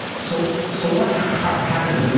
so so what happens?